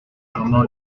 armand